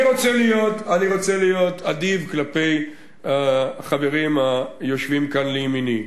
אני רוצה להיות אדיב כלפי החברים היושבים כאן לימיני.